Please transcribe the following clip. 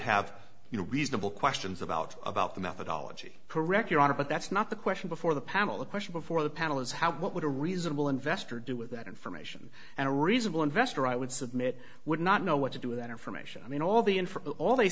have you know reasonable questions about about the methodology correct your honor but that's not the question before the panel the question before the panel is how what would a reasonable investor do with that information and a reasonable investor i would submit would not know what to do with that information i mean all the in for all they